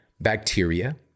bacteria